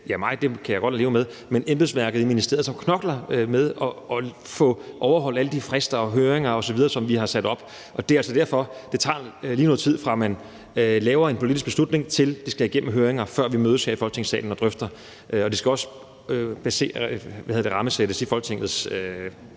ja mig, det kan jeg godt leve med, men embedsværket i ministeriet, som knokler med at overholde alle de frister og høringer osv., som vi har sat op. Det er altså derfor, det lige tager noget tid, fra man laver en politisk beslutning, der skal igennem høringer, før vi mødes her i Folketingssalen og drøfter det. Og det skal også rammesættes i Folketingets